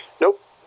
nope